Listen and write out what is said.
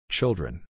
Children